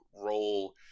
role